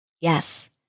Yes